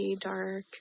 dark